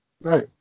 right